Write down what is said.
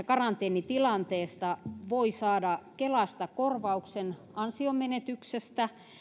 karanteenitilanteessa voi saada kelasta korvauksen ansionmenetyksestä